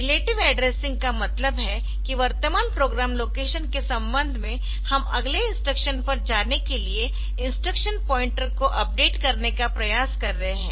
relative addressing का मतलब है कि वर्तमान प्रोग्राम लोकेशन के संबंध में हम अगले इंस्ट्रक्शन पर जाने के लिए इंस्ट्रक्शन पॉइंटर को अपडेट करने का प्रयास कर रहे है